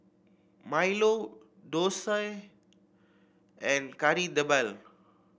milo dosa and Kari Debal